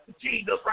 Jesus